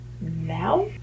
now